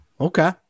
Okay